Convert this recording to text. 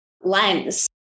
lens